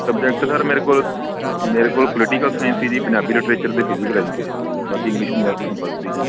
subject sir ਮੇਰੇ ਕੋਲ ਮੇਰੇ ਕੋਲ ਪੋਲੀਟੀਕਲ ਸਾਇੰਸ ਸੀ ਜੀ ਪੰਜਾਬੀ ਲਿਟਰੇਚਰ ਅਤੇ ਫਿਜੀਕਲ ਐਜੂਕੇਸ਼ਨ ਬਾਕੀ ਇੰਗਲਿਸ਼ ਪੰਜਾਬੀ ਕੰਪਲਸਰੀ ਜੀ